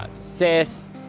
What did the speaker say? says